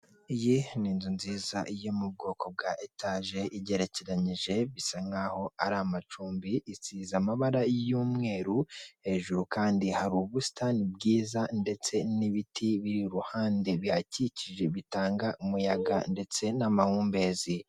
Iyi ni inzu nziza yo mu bwoko bwa eteje igerekerenyije bisa nkaho ari amacumbi isize amabara y'umweru, hejuru kandi hari ubusitani bwiza ndetse n'ibiti biri iruhande bihakikije bitanga umuyaga ndetse n'amahumbezi.